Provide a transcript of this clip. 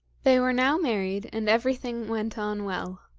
they were now married, and everything went on well.